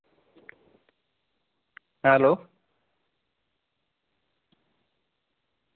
hello